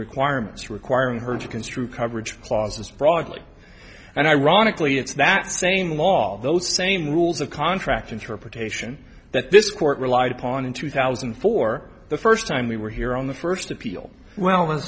requirements requiring her to construe coverage clauses broadly and ironically it's that same law all those same rules of contract interpretation that this court relied upon in two thousand for the first time we were here on the first appeal well